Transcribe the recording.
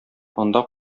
анда